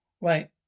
Right